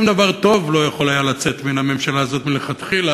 שום דבר טוב לא היה יכול לצאת מהממשלה הזאת מלכתחילה,